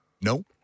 No